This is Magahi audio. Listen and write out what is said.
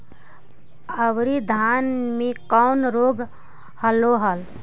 अबरि धाना मे कौन रोग हलो हल?